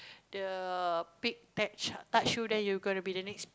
the pick tag touch you then you are going to be the next pick